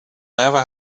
never